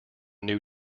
new